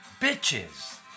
bitches